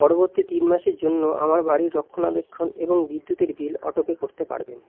পরবর্তী তিন মাসের জন্য আমার বাড়ি রক্ষণাবেক্ষণ এবং বিদ্যুতের বিল অটোপে করতে পারবেন